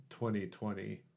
2020